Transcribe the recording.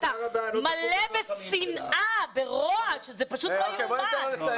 אתה מלא בשנאה, ברוע, שזה פשוט לא יאומן.